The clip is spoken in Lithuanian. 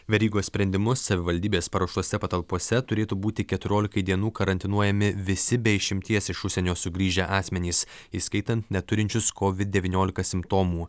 verygos sprendimu savivaldybės paruoštose patalpose turėtų būti keturiolikai dienų karantinuojami visi be išimties iš užsienio sugrįžę asmenys įskaitant neturinčius kovid devyniolika simptomų